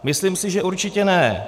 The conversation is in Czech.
Myslím si, že určitě ne.